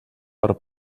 per